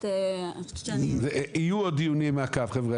יהיו עוד דיוני מעקב.